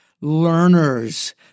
learners